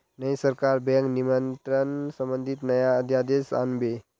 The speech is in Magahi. नई सरकार बैंक नियंत्रण संबंधी नया अध्यादेश आन बे